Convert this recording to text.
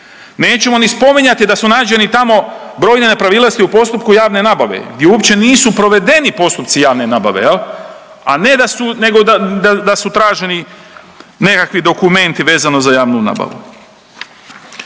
Nećemo ni spominjati da su nađeni tamo brojne nepravilnosti u postupku javne nabave di uopće nisu provedeni postupci javne nabave, a ne da su, nego da su traženi nekakvi dokumenti vezano za javnu nabavu.